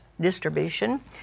Distribution